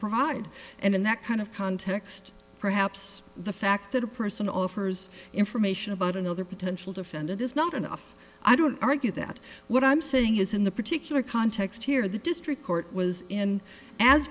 provide and in that kind of context perhaps the fact that a person offers information about another potential defendant is not enough i don't argue that what i'm saying is in the particular context here the district court was in as